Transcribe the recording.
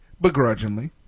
begrudgingly